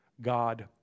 God